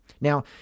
now